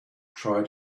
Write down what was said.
try